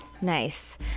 Nice